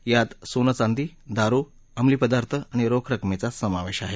यात सोनं चांदी दारु अंमलीपदार्थ आणि रोख रकमेचा समावेश आहे